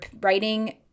writing